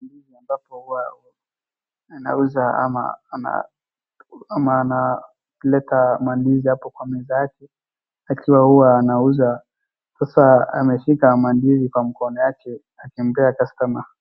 ambapo huwa anauza ama analeta ndizi hapo kwa meza yake, akiwa huwa anauza. Sasa ameshika ndizi kwa mkono yake akimpea customer .